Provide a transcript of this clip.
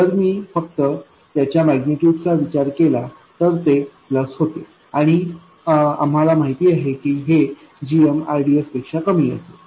जर मी फक्त त्याच्या मैग्निटूड चा विचार केला तर ते प्लस होते आणि आम्हाला माहित आहे की हे gmrds पेक्षा कमी असेल